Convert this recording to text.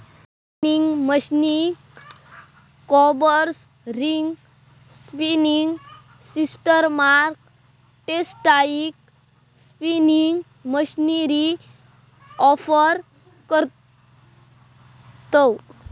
spinning मशीनीक combers, ring spinning सिस्टमाक textile spinning machinery offer करतव